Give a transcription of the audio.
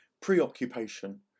preoccupation